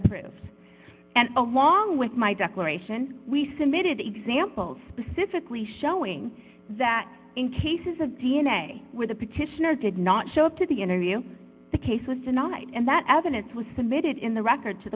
approved and along with my declaration we submitted examples specifically showing that in cases of d n a with the petitioners did not show up to the interview the case was denied and that evidence was submitted in the record to